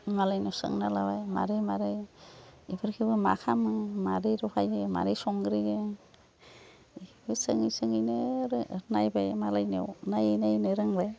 मालायनाव सोंना लाबाय माबोरै माबोरै बेफोरखौबो मा खालामो माबोरै रहायो माबोरै संग्रोयो सोङै सोङैनो नायबाय मालायनियाव नायै नायैनो रोंबाय